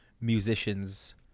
musicians